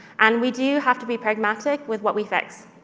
and we do have to be pragmatic with what we fix.